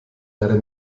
leider